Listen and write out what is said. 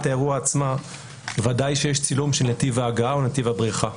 האירוע עצמה ודאי שיש צילום של נתיב ההגעה או נתיב הבריחה.